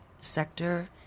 sector